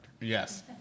yes